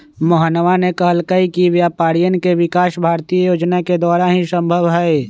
मोहनवा ने कहल कई कि व्यापारियन के विकास भारतीय योजना के द्वारा ही संभव हई